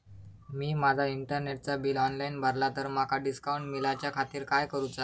मी माजा इंटरनेटचा bill online भरला तर माका डिस्काउंट मिलाच्या खातीर काय करुचा?